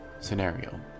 scenario